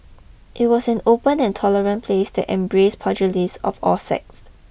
it was an open and tolerant place that embrace pugilists of all sects